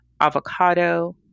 avocado